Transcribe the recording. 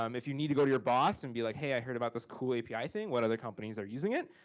um if you need to go to your boss, and be like hey i heard about this cool api thing, what other companies are using it.